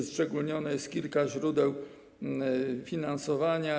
Wyszczególnione jest kilka źródeł finansowania.